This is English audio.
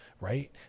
right